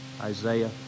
Isaiah